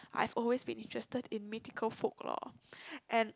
I've always been interested in mythical folklore and